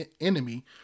enemy